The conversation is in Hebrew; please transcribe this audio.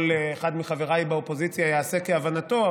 כל אחד מחבריי באופוזיציה יעשה כהבנתו,